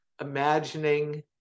imagining